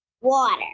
Water